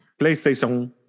playstation